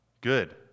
Good